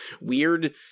weird